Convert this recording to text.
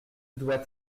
doit